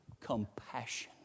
compassion